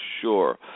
sure